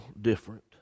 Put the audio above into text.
different